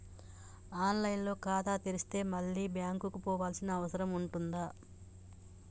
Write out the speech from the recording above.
On line లో ఖాతా తెరిస్తే మళ్ళీ బ్యాంకుకు పోవాల్సిన అవసరం ఉంటుందా?